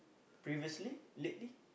previously lately